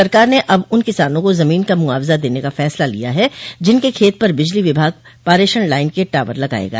सरकार ने अब उन किसानों को जमीन का मुआवजा देने का फैसला लिया है जिनके खेत पर बिजली विभाग पारेषण लाइन के टॉवर लगायेगा